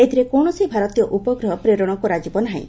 ଏଥିରେ କୌଣସି ଭାରତୀୟ ଉପଗ୍ରହ ପ୍ରେରଣ କରାଯିବ ନାହିଁ